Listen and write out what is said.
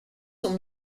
son